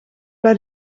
bij